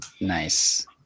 Nice